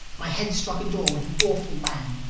my head struck a door with an awful bang.